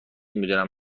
میدونم